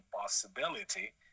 possibility